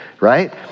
Right